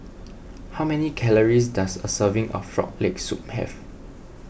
how many calories does a serving of Frog Leg Soup have